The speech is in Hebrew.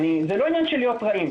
זה לא עניין של להיות רעים.